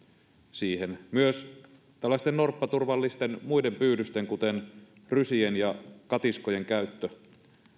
siihen myös muiden tällaisten norppaturvallisten pyydysten kuten rysien ja katiskojen käyttö